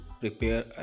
prepare